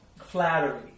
Flattery